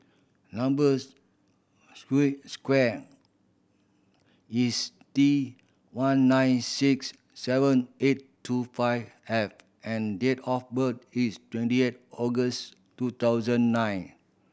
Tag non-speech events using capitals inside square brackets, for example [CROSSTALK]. number [UNINTELLIGIBLE] square is T one nine six seven eight two five F and date of birth is twenty eight August two thousand nine